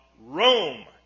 Rome